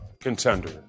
contender